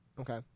okay